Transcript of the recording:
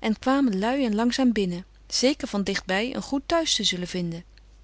en kwamen lui en langzaam binnen zeker van dichtbij een goed thuis te zullen vinden